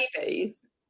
babies